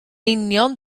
union